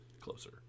closer